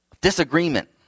disagreement